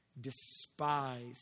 despised